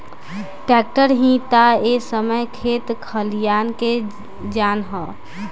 tractor ही ता ए समय खेत खलियान के जान ह